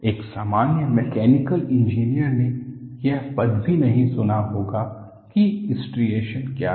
एक सामान्य mechanical engineer ने यह पद भी नहीं सुना होगा कि स्ट्रिएशनस क्या है